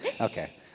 Okay